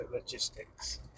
logistics